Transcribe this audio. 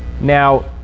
Now